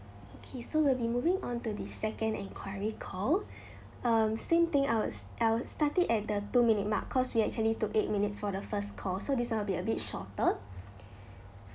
okay so we'll be moving on to the second enquiry call um same thing I will I will start it at the two minute mark cause we actually took eight minutes for the first call so this [one] will be a bit shorter